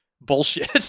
bullshit